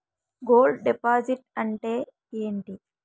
Gold deposit అంతే ఎంటి?